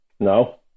No